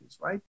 right